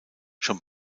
schon